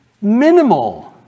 minimal